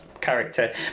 character